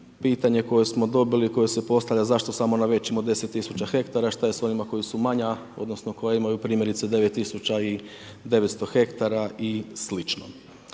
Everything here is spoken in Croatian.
Pitanje koje smo dobili, koje se postavlja zašto samo na većim od 10 tisuća hektara, šta je s ovima koji su manja odnosno koja imaju primjerice 9900 hektara i sl.